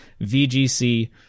VGC